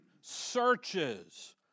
searches